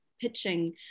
pitching